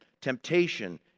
Temptation